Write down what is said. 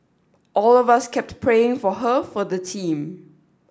all of us kept praying for her for the team